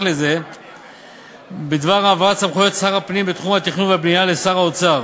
לזה בדבר העברת סמכויות שר הפנים בתחום התכנון והבנייה לשר האוצר